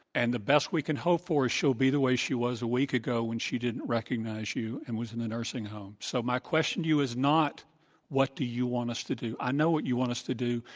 and the best we can hope for is she'll be the way she was a week ago when she didn't recognize you and was in the nursing home. so my question to you is not what do you want us to do? i know what you want us to do.